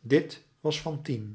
dit was fantine